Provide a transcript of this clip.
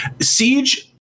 Siege